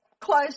close